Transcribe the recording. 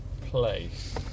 place